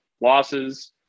losses